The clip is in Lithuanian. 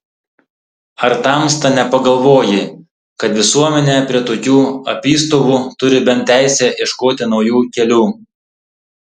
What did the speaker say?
ar tamsta nepagalvoji kad visuomenė prie tokių apystovų turi bent teisę ieškoti naujų kelių